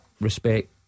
respect